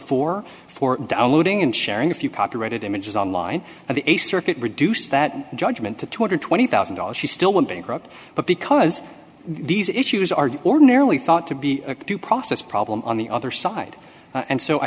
four for downloading and sharing a few copyrighted images online and the a circuit reduced that judgment to two hundred and twenty thousand dollars she still went bankrupt but because these issues are ordinarily thought to be due process problems on the other side and so i